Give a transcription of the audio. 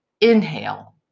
Inhale